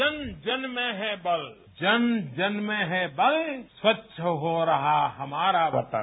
जन जन में है बल जन जन में है बल स्वच्छ हो रहा हमारा वतन